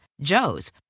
Joe's